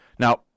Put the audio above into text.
Now